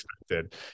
expected